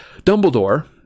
Dumbledore